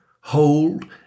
hold